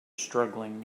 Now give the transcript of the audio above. struggling